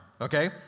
Okay